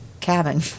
cabin